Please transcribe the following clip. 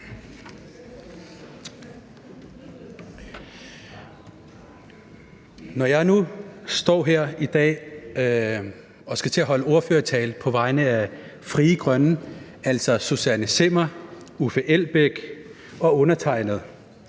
Når jeg nu står her i dag og skal til at holde ordførertale på vegne af Frie Grønne, altså Susanne Zimmer, Uffe Elbæk og undertegnede,